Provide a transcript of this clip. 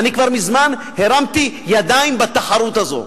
אני כבר מזמן הרמתי ידיים בתחרות הזאת.